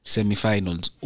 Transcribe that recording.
Semifinals